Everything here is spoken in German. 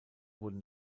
wurden